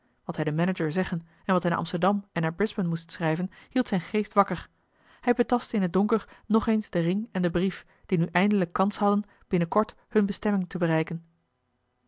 wat hij den manager zeggen en wat hij naar amsterdam en naar brisbane moest schrijven hield zijn geest wakker hij betastte in het donker nog eens den ring en den brief die nu eindelijk kans hadden binnenkort hunne bestemming te bereiken